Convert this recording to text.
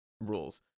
rules